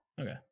Okay